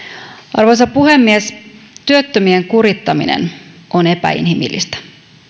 arvoisa puhemies työttömien kurittaminen on epäinhimillistä